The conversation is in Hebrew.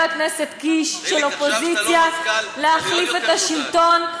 של אופוזיציה: להחליף את השלטון,